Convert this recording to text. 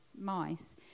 mice